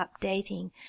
updating